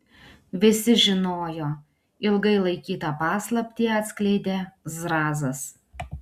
visi žinojo ilgai laikytą paslaptį atskleidė zrazas